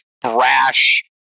brash